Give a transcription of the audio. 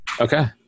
Okay